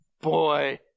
Boy